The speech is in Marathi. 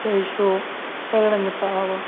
हे शो सगळ्यांनी पाहावा